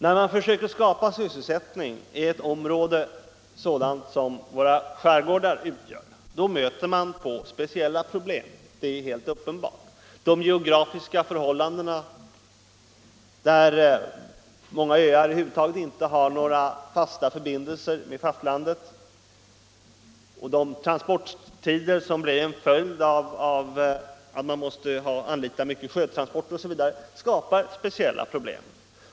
När man försöker skapa sysselsättning i områden sådana som våra skärgårdar utgör stöter man på speciella problem. De geografiska förhållandena — många öar har över huvud taget inte några fasta förbindelser med fastlandet — och transporttiderna, som är en följd av att man i stor utsträckning måste använda sig av sjötransporter, skapar speciella pro blem.